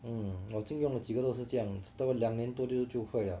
嗯我就用了几个都是这样子都两年多就坏了